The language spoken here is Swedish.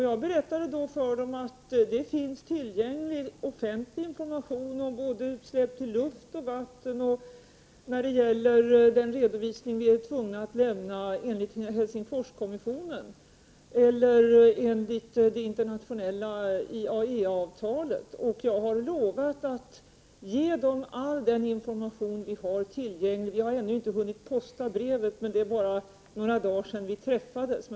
Jag berättade då för dem att det finns offentlig information tillgänglig om utsläpp i både luft och vatten, när det gäller den redovisning vi är tvungna att lämna enligt Helsingforskonventionen och det internationella IAEA-avtalet. Jag har lovat att ge dem all den information vi har tillgänglig. Jag har ännu inte hunnit posta brevet — det var bara några dagar sedan vi träffades.